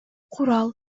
курал